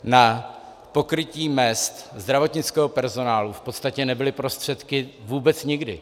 Na pokrytí mezd zdravotnického personálu v podstatě nebyly prostředky vůbec nikdy.